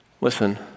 Listen